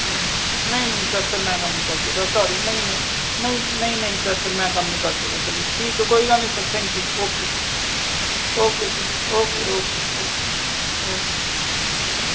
ਨਹੀਂ ਨਹੀਂ ਸਰ ਫਿਰ ਮੈਂ ਕੰਮ ਨਹੀਂ ਕਰ ਸਕਦਾ ਨਹੀਂ ਨਹੀਂ ਸਰ ਮੈਂ ਕੰਮ ਨਹੀਂ ਕਰ ਸਕਦਾ ਚਲੋ ਠੀਕ ਕੋਈ ਗੱਲ ਨਹੀਂ ਥੈਂਕ ਯੂ ਓਕੇ ਓਕੇ